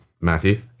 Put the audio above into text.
Matthew